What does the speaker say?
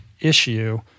issue